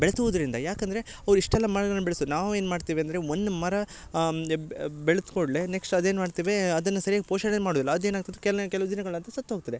ಬೆಳ್ಸುದರಿಂದ ಯಾಕಂದರೆ ಅವ್ರು ಇಷ್ಟೆಲ್ಲ ಮರಗಳನ್ನ ಬೆಳ್ಸುದ ನಾವು ಏನು ಮಾಡ್ತೇವೆ ಅಂದರೆ ಒಂದು ಮರ ಬೆಳ್ದ ಕೂಡಲೆ ನೆಕ್ಸ್ಟ್ ಅದೇನು ಮಾಡ್ತೇವೆ ಅದನ್ನ ಸರ್ಯಾಗಿ ಪೋಷಣೆ ಮಾಡುದಿಲ್ಲ ಅದೇನು ಆಗ್ತದ ಕೆಲೆ ಕೆಲವು ದಿನಗಳ ನಂತರ ಸತ್ತು ಹೋಗ್ತದೆ